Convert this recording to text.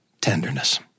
tenderness